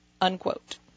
unquote